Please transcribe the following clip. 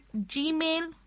Gmail